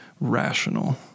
rational